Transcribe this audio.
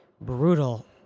brutal